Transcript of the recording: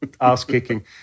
ass-kicking